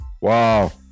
Wow